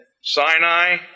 Sinai